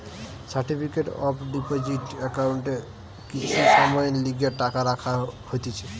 certificate of deposit একাউন্টে কিছু সময়ের লিগে টাকা রাখা হতিছে